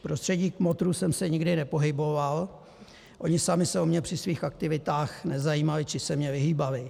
V prostředí kmotrů jsem se nikdy nepohyboval, oni sami se o mě při svých aktivitách nezajímali či se mi vyhýbali.